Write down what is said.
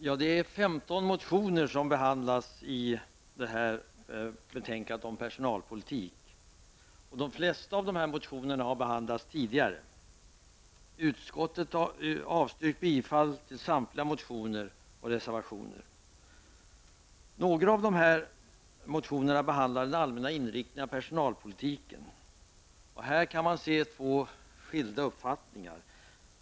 Herr talman! 15 motioner behandlas i betänkandet om personalpolitik. De flesta av motionerna har behandlats tidigare. Utskottet har avstyrkt bifall till samtliga motioner och reservationer. Några av de här motionerna behandlar den allmänna inriktningen av personalpolitiken. Här kan man se två skilda uppfattningar.